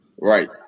Right